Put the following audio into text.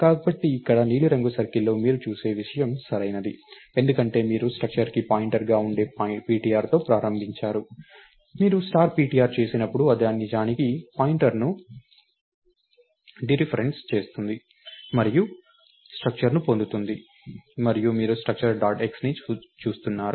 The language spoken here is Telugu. కాబట్టి ఇక్కడ నీలిరంగు సర్కిల్లో మీరు చూసే విషయం సరైనది ఎందుకంటే మీరు స్ట్రక్చర్కు పాయింటర్గా ఉండే ptr తో ప్రారంభించారు మీరు స్టార్ ptr చేసినప్పుడు అది నిజానికి పాయింటర్ను డిరిఫరెన్స్ చేస్తుంది మరియు స్ట్రక్చర్ను పొందుతుంది మరియు మీరు స్ట్రక్చర్ డాట్ xని చూస్తున్నారు